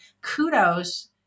kudos